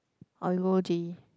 or we go J